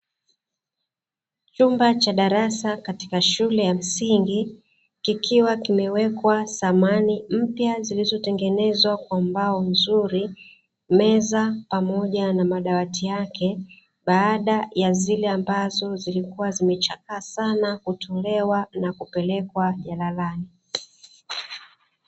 Chumba cha darasa katika shule ya msingi, kikiwa kimewekwa samani mpya, zilizotengenezwa kwa mbao nzuri, meza pamoja na madawati yake, baada ya zile ambazo zilikuwa zimechakaa sana kutolewa na kupelekwa jalalani.